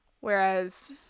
Whereas